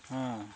ᱦᱮᱸ